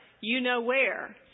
you-know-where